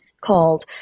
called